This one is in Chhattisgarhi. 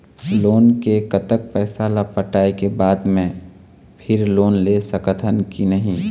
लोन के कतक पैसा ला पटाए के बाद मैं फिर लोन ले सकथन कि नहीं?